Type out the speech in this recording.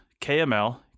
KML